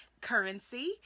Currency